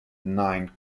nine